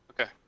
Okay